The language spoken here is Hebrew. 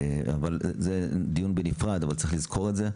זה לדיון בנפרד וצריך לזכור את זה,